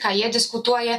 ką jie diskutuoja